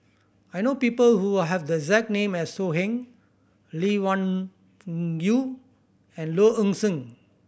I know people who have the exact name as So Heng Lee Wung Yew and Low Ing Sing